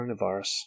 coronavirus